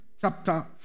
chapter